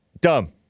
dumb